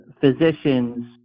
physicians